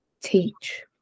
teach